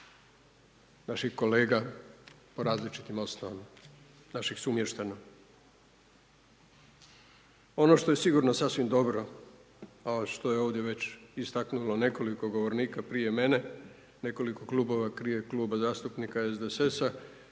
naših kolega po različitim osnovama, naših sumještana. Ono što je sigurno sasvim dobro, a što je ovdje već istaknulo nekoliko govornika prije mene, nekoliko Klubova prije Kluba zastupnika SDSS-a,